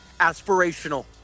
aspirational